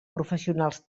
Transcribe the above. professionals